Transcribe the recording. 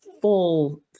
full